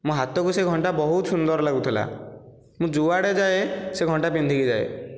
ମୋ ହାତକୁ ସେ ଘଣ୍ଟା ବହୁତ ସୁନ୍ଦର ଲାଗୁଥିଲା ମୁଁ ଯୁଆଡ଼େ ଯାଏ ସେ ଘଣ୍ଟା ପିନ୍ଧିକି ଯାଏ